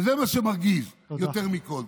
וזה מה שמרגיז יותר מכול.